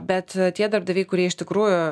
bet tie darbdaviai kurie iš tikrųjų